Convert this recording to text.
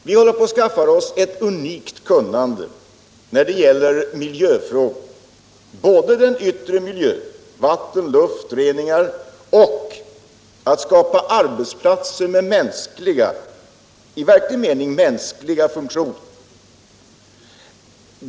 Vi håller på att skaffa oss ett unikt kunnande i miljöfrågor, både beträffande den yttre miljön — vatten, luft — och när det gäller att skapa arbetsplatser med mänskliga — i verklig mening mänskliga! — funktioner.